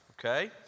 Okay